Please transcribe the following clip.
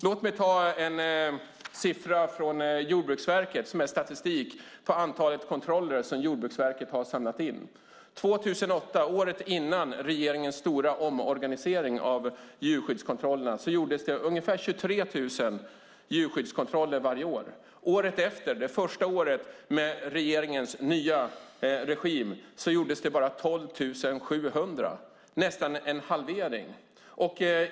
Låt mig ta en siffra från Jordbruksverkets statistik på antalet kontroller som Jordbruksverket har samlat in. År 2008, året innan regeringens stora omorganisering av djurskyddskontrollerna, gjordes det ungefär 23 000 djurskyddskontroller. Året efter, det första året med regeringens nya regim, gjordes det bara 12 700, vilket är nästan en halvering.